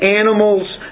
animal's